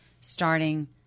starting